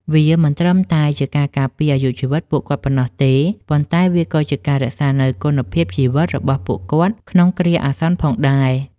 វាមិនត្រឹមតែជាការការពារអាយុជីវិតពួកគាត់ប៉ុណ្ណោះទេ ប៉ុន្តែវាក៏ជាការរក្សានូវគុណភាពជីវិតរបស់ពួកគាត់ក្នុងគ្រាអាសន្នផងដែរ។